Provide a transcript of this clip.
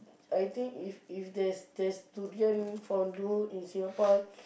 I think if if there's there's durian fondue in Singapore